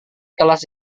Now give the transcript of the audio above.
kelas